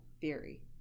theory